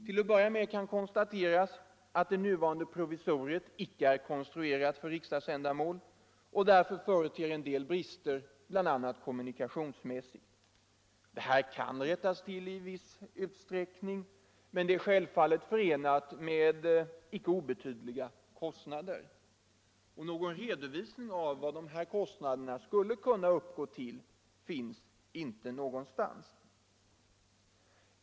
Till att börja med kan konstateras att det nuvarande provisoriet icke är konstruerat för riksdagsändamål och därför företer en del brister, bl.a. kommunikationsmässigt. Detta kan rättas till i viss utsträckning, men det är ajälvfallet förenat med icke obetydliga kostnader. Någon redovisning av vad dessa kostnader skulle kunna uppgå till finns inte någonstans.